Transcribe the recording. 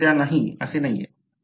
ती सध्या नाही असे नाहीये